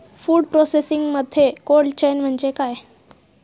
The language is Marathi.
फूड प्रोसेसिंगमध्ये कोल्ड चेन म्हणजे काय?